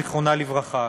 זיכרונה לברכה.